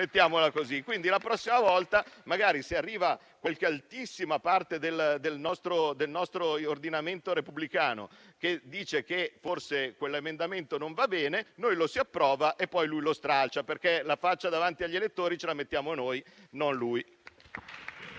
Quindi la prossima volta, se arriva qualche altissima parte del nostro ordinamento repubblicano a dire che forse un determinato emendamento non va bene, noi lo approviamo e poi quella lo stralcia, perché la faccia davanti agli elettori la mettiamo noi, non lei.